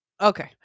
Okay